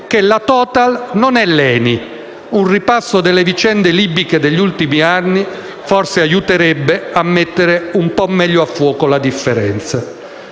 che la Total non è l'ENI. Un ripasso delle vicende libiche degli ultimi anni forse aiuterebbe a mettere un po' meglio a fuoco la differenza.